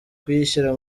kuyishyira